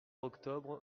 octobre